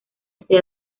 este